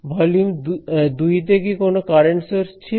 volume 2 তে কি কোন কারেন্ট সোর্স ছিল